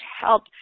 help